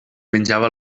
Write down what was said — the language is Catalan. menjava